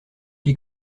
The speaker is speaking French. qui